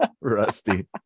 Rusty